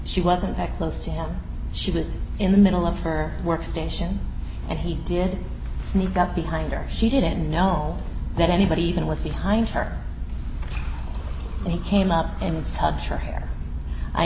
she wasn't that close to him she was in the middle of her workstation and he did sneak up behind her she didn't know that anybody even with behind her and he came up and touch